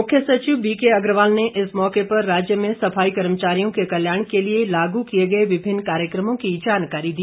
मुख्य सचिव बीके अग्रवाल ने इस मौके पर राज्य में सफाई कर्मचारियों के कल्याण के लिए लागू किए गए विभिन्न कार्यक्रमों की जानकारी दी